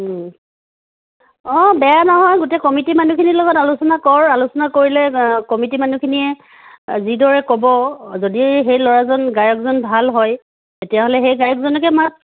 অঁ বেয়া নহয় গোটেই কমিটীৰ মানুহখিনিৰ লগত আলোচনা কৰ আলোচনা কৰিলে কমিটীৰ মানুহখিনিয়ে যিদৰে ক'ব যদি সেই ল'ৰাজন গায়কজন ভাল হয় তেতিয়াহ'লে সেই গায়কজনকে মাত